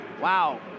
Wow